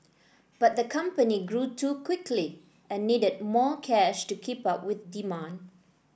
but the company grew too quickly and needed more cash to keep up with demand